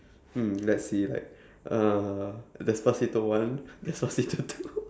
hmm let's see like uh despacito one despacito two